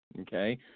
Okay